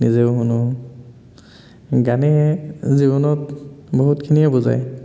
নিজেও শুনো গানে জীৱনত বহুতখিনিয়ে বুজায়